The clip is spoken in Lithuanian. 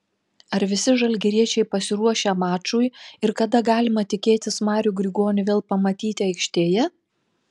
ar visi žalgiriečiai pasiruošę mačui ir kada galima tikėtis marių grigonį vėl pamatyti aikštėje